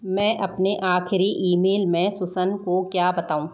मैं अपने आखिरी ईमेल में सुसन को क्या बताऊँ